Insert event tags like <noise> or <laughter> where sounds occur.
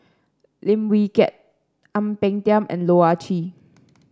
Lim Wee Kiak Ang Peng Tiam and Loh Ah Chee <noise>